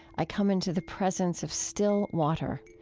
i come into the presence of still water.